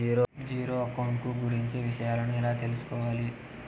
Zero account కు గురించి విషయాలను ఎలా తెలుసుకోవాలి?